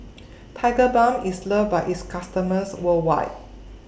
Tigerbalm IS loved By its customers worldwide